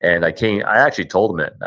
and i came, i actually told them that,